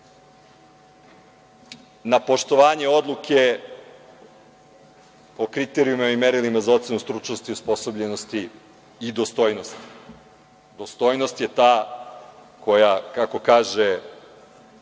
na poštovanje odluke o kriterijumima i merilima za ocenu stručnosti, osposobljenosti i dostojnosti? Dostojnost je ta koja, kako kaže